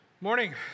Morning